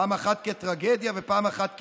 פעם אחת כטרגדיה ופעם אחת כפארסה.